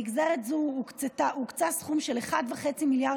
במסגרת זו הוקצה סכום של 1.5 מיליארד